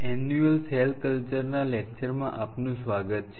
annual cell culture ના લેક્ચરમાં આપનું સ્વાગત છે